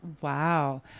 Wow